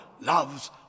loves